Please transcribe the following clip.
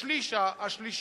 בשליש השלישי.